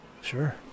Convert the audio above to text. sure